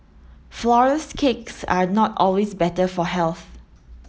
Flourless cakes are not always better for health